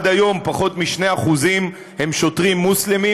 עד היום פחות מ-2% הם שוטרים מוסלמים,